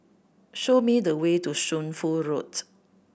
show me the way to Shunfu Road